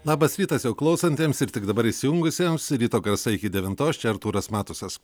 labas rytas jau klausantiems ir tik dabar įsijungusiems ryto garsai iki devintos čia artūras matusas